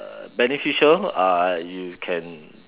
uh beneficial uh you can